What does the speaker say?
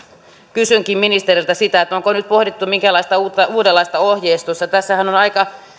kysynkin ministeriltä sitä onko nyt pohdittu minkäänlaista uudenlaista ohjeistusta tässähän on aika